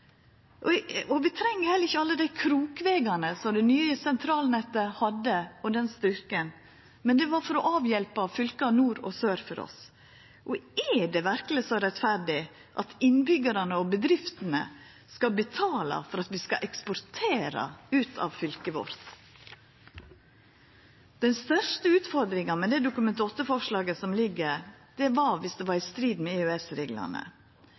Vi treng heller ikkje alle dei krokvegane som det nye sentralnettet hadde, og den styrken. Men det var for å avhjelpa fylka nord og sør for oss. Er det verkeleg så rettferdig at innbyggjarane og bedriftene skal betala for at vi skal eksportera ut av fylket vårt? Den største utfordringa med det Dokument 8-forslaget som ligg, var dersom det var i strid med